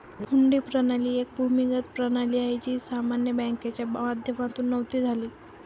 हुंडी प्रणाली एक भूमिगत प्रणाली आहे, ही सामान्य बँकिंगच्या माध्यमातून नव्हती झाली